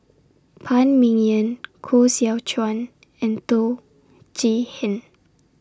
Phan Ming Yen Koh Seow Chuan and Teo Chee Hean